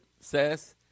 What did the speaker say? says